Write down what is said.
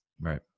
Right